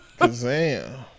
Kazam